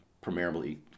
primarily